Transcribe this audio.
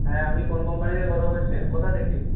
হ্যাঁ আপনি কোন কোম্পানি থেকে কথা বলছেন কোথা থেকে